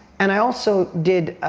and i also did,